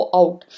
out